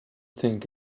think